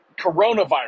coronavirus